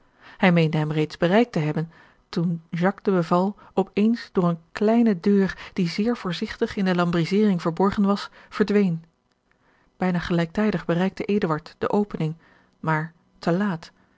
meende hem reeds bereikt hebben toen jacques de beval op eens door eene kleine deur die zeer voorzigtig in de lambrizering verborgen was verdween bijna gelijktijdig bereikte eduard de opening maar te laat